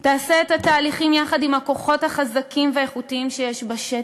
תעשה את התהליכים יחד עם הכוחות החזקים והאיכותיים שיש בשטח,